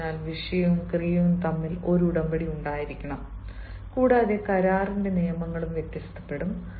അതിനാൽ വിഷയവും ക്രിയയും തമ്മിൽ ഒരു ഉടമ്പടി ഉണ്ടായിരിക്കണം കൂടാതെ കരാറിന്റെ നിയമങ്ങളും വ്യത്യാസപ്പെടും